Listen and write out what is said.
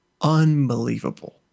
unbelievable